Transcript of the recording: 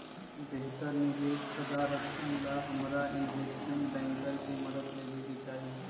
बेहतर निवेश प्रधारक्षण ला हमरा इनवेस्टमेंट बैंकर के मदद लेवे के चाहि